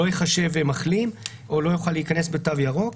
לא ייחשב מחלים או לא יוכל להיכנס בתו ירוק.